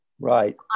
Right